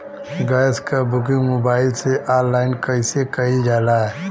Gas क booking mobile से online कईसे कईल जाला?